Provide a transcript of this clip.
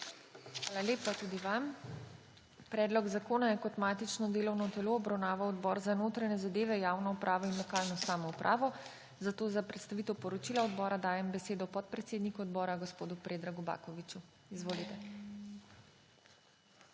Hvala lepa tudi vam. Predlog zakona je kot matično delovno telo obravnaval Odbor za notranje zadeve, javno upravo in lokalno samoupravo. Zato za predstavitev poročila odbora dajem besedo podpredsedniku odbora, gospodu Predragu Bakoviću. Izvolite.